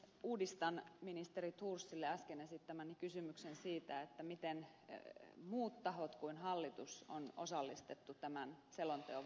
uudistan ministeri thorsille äsken esittämäni kysymyksen siitä miten muut tahot kuin hallitus on osallistettu tämän selonteon valmisteluun